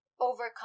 overcome